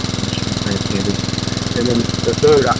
michigan science standards and then the third,